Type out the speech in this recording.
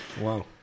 Wow